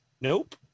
Nope